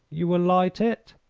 you will light it?